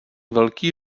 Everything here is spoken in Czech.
velký